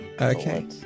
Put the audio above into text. Okay